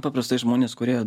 paprastai žmonės kurie